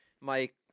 Mike